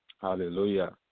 Hallelujah